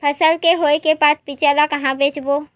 फसल के होय के बाद बीज ला कहां बेचबो?